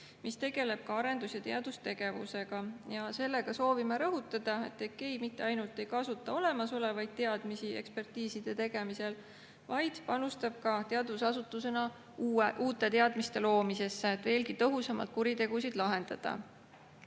mis tegeleb ka arendus- ja teadustegevusega. Ja sellega soovime rõhutada, et EKEI mitte ainult ei kasuta ekspertiiside tegemisel olemasolevaid teadmisi, vaid panustab ka teadusasutusena uute teadmiste loomisesse, et veelgi tõhusamalt kuritegusid lahendada.